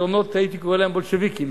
פתרונות שהייתי קורא להם בולשביקיים,